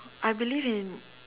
I believe in